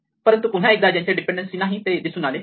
परंतु पुन्हा एकदा ज्यांचे डीपेंडेन्सी नाही ते दिसून आले